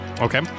Okay